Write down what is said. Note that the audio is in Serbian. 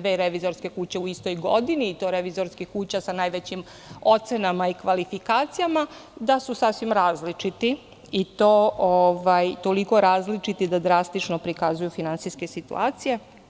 dve revizorske kuće u istoj godini i to revizorske kuće sa najvećim ocenama i kvalifikacijama, da su sasvim različiti i to toliko različiti da drastično prikazuju finansijske situacije.